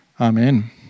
Amen